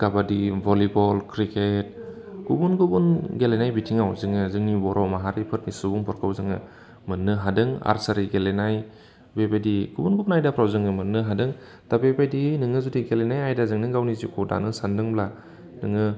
काबादि volleyball cricket गुबुन गुबुन गेलेनाय बिथिङाव जोङो जोंनि बर' माहारिफोरनि सुबुंफोरखौ जोङो मोननो हादों आरसारि गेलेनाय बेबायदि गुबुन गुबुन आयदाफ्राव जों मोननो हादों दा बेबायदि नोङो जुदि गेलेनाय आयदाजोंनो गावनि जिउखौ दानो सानदोंब्ला नोङो